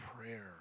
prayer